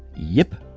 yep!